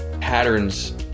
patterns